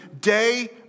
day